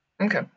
Okay